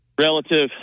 relative